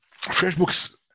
FreshBooks